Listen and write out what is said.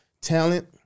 talent